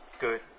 good